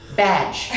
badge